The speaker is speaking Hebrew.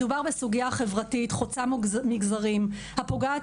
מדובר בסוגייה חברתית חוצה מגזרים הפוגעת